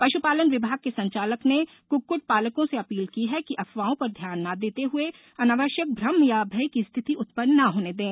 पशुपालन विभाग के संचालक ने कुकुट पालकों से अपील की है कि अफवाहों पर ध्यान न देते हुए अनावश्यक भ्रम या भय की स्थिति उत्पन्न न होने दें